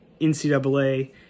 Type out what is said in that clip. NCAA